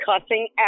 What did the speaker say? cussing